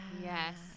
Yes